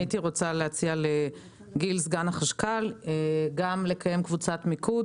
הייתי רוצה להוציא לגיל סגן החשכ"ל גם לקיים קבוצת מיקוד